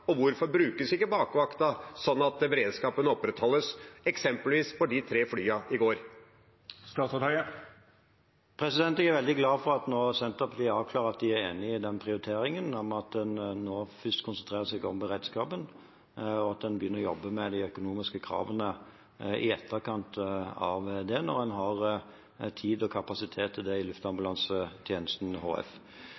Hvorfor brukes ikke da bakvakta, slik at beredskapen opprettholdes, eksempelvis for de tre flyene i går? Jeg er veldig glad for at Senterpartiet har avklart at de er enig i den prioriteringen at en først konsentrerer seg om beredskapen, og at en begynner å jobbe med de økonomiske kravene i etterkant av det, når en har tid og kapasitet til det, i